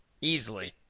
easily